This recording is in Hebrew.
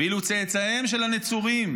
ואילו צאצאיהם של הנצורים